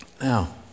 Now